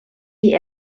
die